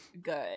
good